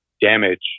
damage